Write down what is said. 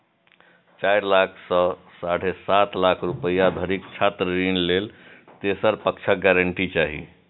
चारि लाख सं साढ़े सात लाख रुपैया धरिक छात्र ऋण लेल तेसर पक्षक गारंटी चाही